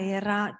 era